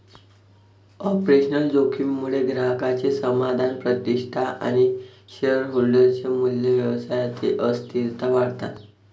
operational जोखीम मुळे ग्राहकांचे समाधान, प्रतिष्ठा आणि शेअरहोल्डर चे मूल्य, व्यवसायातील अस्थिरता वाढतात